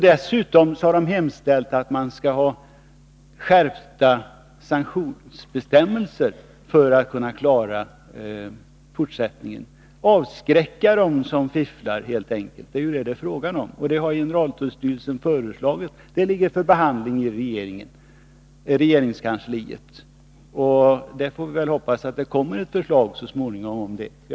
Dessutom har generaltullstyrelsen hemställt om skärpta sanktionsbestämmelser, för att helt enkelt kunna avskräcka dem som fifflar — det är vad det handlar om. Generaltullstyrelsens förslag ligger i regeringskansliet för beredning. Vi får hoppas att det så småningom kommer ett förslag från regeringen om skärpta sanktionsbestämmelser.